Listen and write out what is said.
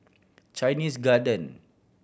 Chinese Garden